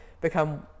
become